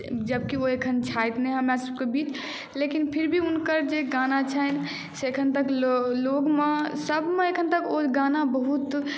जबकि ओ एखन छथि नहि हमरासभके बीच लेकिन फिर भी हुनकर जे गाना छनि से एखन तक लोकमे सभमे एखन तक ओ गाना बहुत